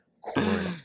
corn